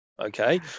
Okay